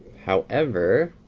however,